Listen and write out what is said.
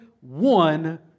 one